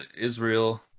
Israel